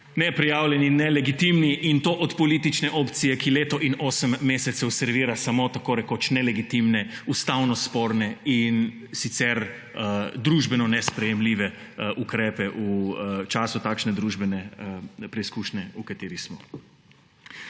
neprijavljeni in nelegitimni in to od politične opcije, ki leto in 8 mesecev servira samo tako rekoč nelegitimne ustavno sporne in sicer družbene nesprejemljive ukrepe v času takšne družbene preizkušnje v kateri smo.